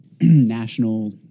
national